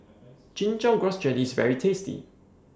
Chin Chow Grass Jelly IS very tasty